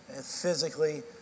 physically